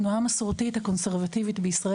התנועה המסורתית,